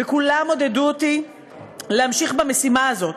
וכולם עודדו אותי להמשיך במשימה הזאת,